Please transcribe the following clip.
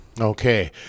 Okay